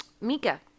Mika